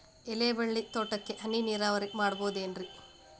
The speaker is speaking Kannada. ಎಲೆಬಳ್ಳಿ ತೋಟಕ್ಕೆ ಹನಿ ನೇರಾವರಿ ಮಾಡಬಹುದೇನ್ ರಿ?